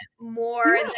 more